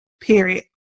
period